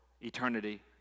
eternity